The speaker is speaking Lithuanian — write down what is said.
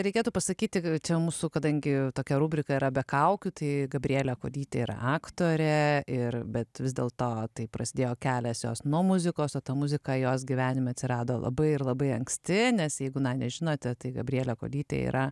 reikėtų pasakyti čia mūsų kadangi tokia rubrika yra be kaukių tai gabrielė kuodytė yra aktorė ir bet vis dėlto taip prasidėjo kelias jos nuo muzikos ta muzika jos gyvenime atsirado labai ir labai anksti nes jeigu na nežinote tai gabrielė kuodytė yra